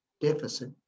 deficit